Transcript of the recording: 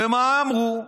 ומה אמרו?